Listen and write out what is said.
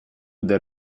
del